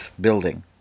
building